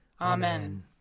Amen